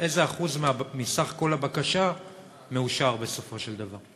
אז איזה אחוז מסך כל הבקשה מאושר בסופו של דבר?